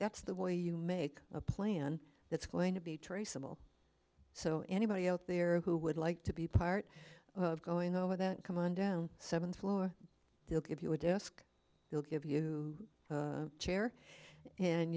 that's the way you make a plan that's going to be traceable so anybody out there who would like to be part of going over that come on down seventh floor we'll give you a desk we'll give you a chair and